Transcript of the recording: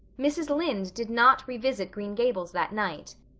mrs. lynde did not revisit green gables that night.